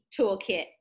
toolkit